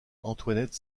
antoinette